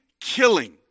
killing